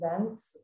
events